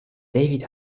david